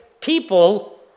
people